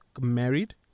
married